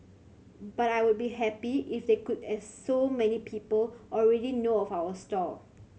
but I would be happy if they could as so many people already know of our stall